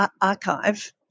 archive